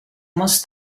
must